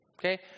Okay